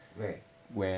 where